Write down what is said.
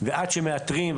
ועד שמאתרים,